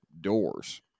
doors